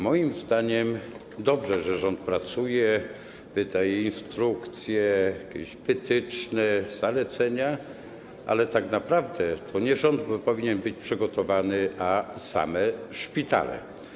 Moim zdaniem to dobrze, że rząd pracuje, wydaje instrukcje, jakieś wytyczne, zalecenia, ale tak naprawdę to nie rząd powinien być przygotowany, a same szpitale.